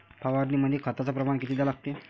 फवारनीमंदी खताचं प्रमान किती घ्या लागते?